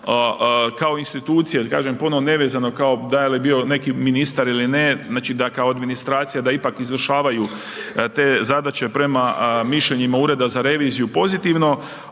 kao institucije kažem puno nevezano kao da li je bio neki ministar ili ne, znači da kao administracija da ipak izvršavaju te zadaće prema mišljenjima Ureda za reviziju pozitivno.